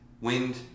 Wind